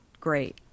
great